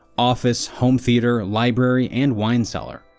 office, home theatre, library and wine cellar.